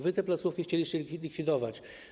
Wy te placówki chcieliście likwidować.